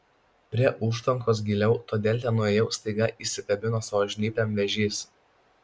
prie užtvankos giliau todėl ten nuėjau staiga įsikabino savo žnyplėm vėžys